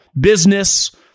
business